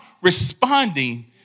responding